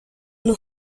los